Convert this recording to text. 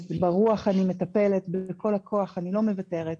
אז ברוח אני מטפלת בכל הכוח, אני לא מוותרת.